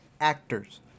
actors